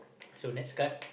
so next card